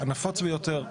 הנפוץ ביותר,